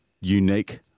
unique